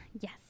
Yes